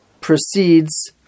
proceeds